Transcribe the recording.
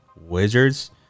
Wizards